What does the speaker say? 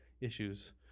issues